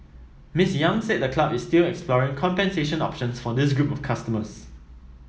Miss Yang said the club is still exploring compensation options for this group of customers